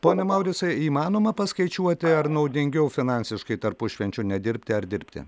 pone mauricai įmanoma paskaičiuoti ar naudingiau finansiškai tarpušvenčiu nedirbti ar dirbti